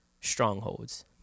strongholds